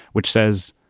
which says,